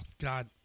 God